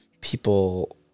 people